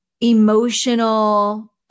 emotional